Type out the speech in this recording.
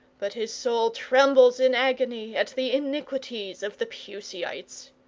but his soul trembles in agony at the iniquities of the puseyites.